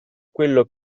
quello